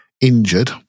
injured